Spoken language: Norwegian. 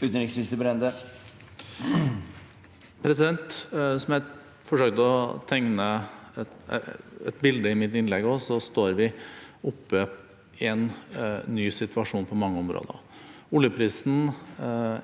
Utenriksminister Børge Brende Som jeg forsøkte å tegne et bilde av i mitt innlegg, står vi oppe i en ny situasjon på mange områder. Oljeprisen